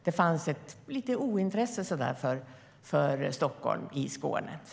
Det fanns ett litet ointresse för Stockholm i Skåne.